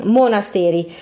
monasteri